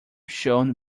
shone